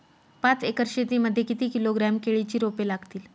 पाच एकर शेती मध्ये किती किलोग्रॅम केळीची रोपे लागतील?